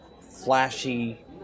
flashy